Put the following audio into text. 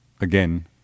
again